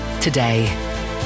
today